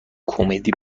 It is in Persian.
کمدی